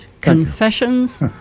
Confessions